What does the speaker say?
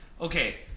okay